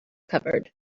covered